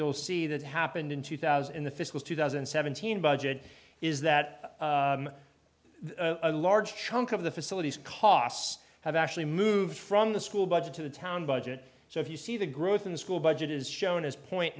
you'll see that happened in two thousand in the fiscal two thousand and seventeen budget is that a large chunk of the facilities costs have actually moved from the school budget to the town budget so if you see the growth in the school budget is shown as point